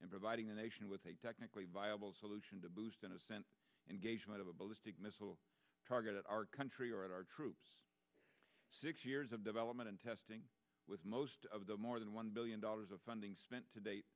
in providing the nation with a technically viable solution to boost an ascent engagement of a ballistic missile target our country or at our troops six years of development and testing with most of the more than one billion dollars of funding spent today